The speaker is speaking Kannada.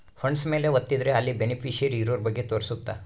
ಫಂಡ್ಸ್ ಮೇಲೆ ವತ್ತಿದ್ರೆ ಅಲ್ಲಿ ಬೆನಿಫಿಶಿಯರಿ ಇರೋರ ಬಗ್ಗೆ ತೋರ್ಸುತ್ತ